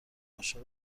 عاشق